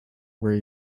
where